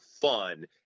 fun